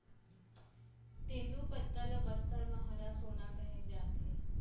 तेंदूपत्ता ल बस्तर म हरा सोना कहे जाथे